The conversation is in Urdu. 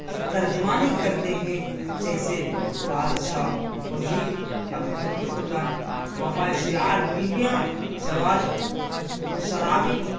کی ترجمانی کرتے ہیں جیسے بادشاہ وزیر اور محب وطن وفا شعار بیویاں جواری شرابی